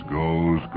goes